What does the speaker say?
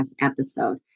episode